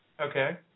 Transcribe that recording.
Okay